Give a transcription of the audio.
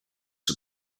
had